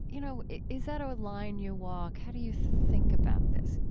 you know, is that a line you walk? how do you think about this?